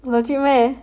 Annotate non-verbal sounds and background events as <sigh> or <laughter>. <noise>